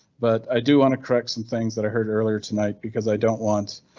but i do want to correct some things that i heard earlier tonight because i don't want.